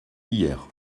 hier